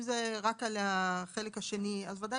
אם זה רק נוגע לחלק השני אז זה בוודאי